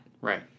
Right